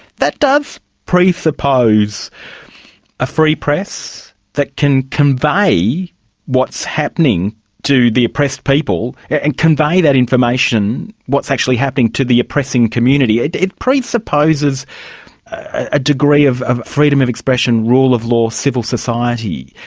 that does presuppose a free press that can convey what's happening to the oppressed people and convey that information, what's actually happening to the oppressing community, it presupposes a degree of of freedom of expression, rule of law, civil society.